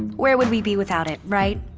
where would we be without it, right?